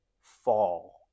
fall